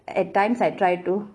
at times I try to